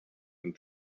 and